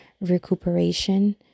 recuperation